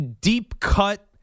deep-cut